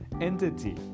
entity